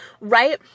right